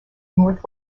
north